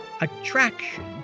Attraction